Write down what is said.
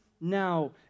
now